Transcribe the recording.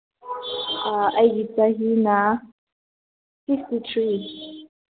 ꯑꯩꯒꯤ ꯆꯍꯤꯅ sixty three